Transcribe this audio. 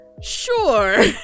sure